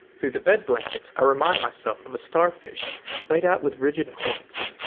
through the bed blankets i remind myself of a starfish laid out with rigid points.